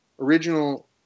original